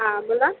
हां बोला